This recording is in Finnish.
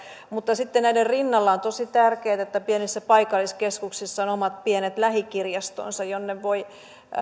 sitten näiden rinnalla on tosi tärkeätä että pienissä paikalliskeskuksissa ovat omat pienet lähikirjastonsa minne voi